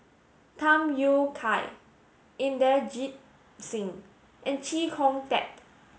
Tham Yui Kai Inderjit Singh and Chee Kong Tet